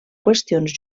qüestions